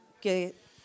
que